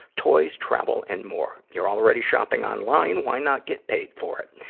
toys, travel, and more. you're already shopping online why not get paid for it?